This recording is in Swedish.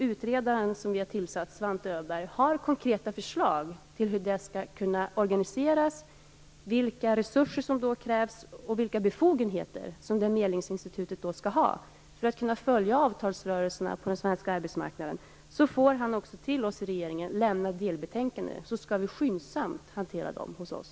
Han skall lämna delbetänkanden till oss i regeringen allteftersom han har konkreta förslag om hur medlingsinstitutet skall organiseras, vilka resurser som krävs och vilka befogenheter det skall ha för att kunna följa avtalsrörelserna på den svenska arbetsmarknaden. Dessa förslag skall vi skyndsamt hantera hos oss.